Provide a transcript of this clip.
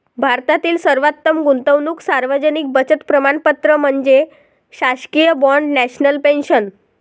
भारतातील सर्वोत्तम गुंतवणूक सार्वजनिक बचत प्रमाणपत्र म्हणजे शासकीय बाँड नॅशनल पेन्शन